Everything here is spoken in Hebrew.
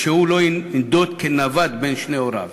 ושהוא לא ינדוד כנווד בין שני הוריו.